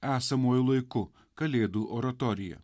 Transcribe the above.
esamuoju laiku kalėdų oratorija